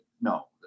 no